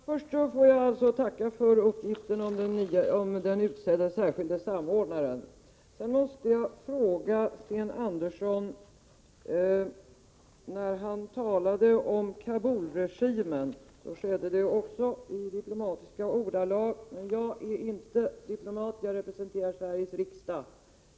Herr talman! Först får jag tacka för uppgiften om den utsedde särskilde samordnaren. Sedan måste jag fråga Sten Andersson en sak. När han talade om Kabulregimen skedde detta också i diplomatiska ordalag. Jag är inte diplomat — jag representerar Sveriges riksdag.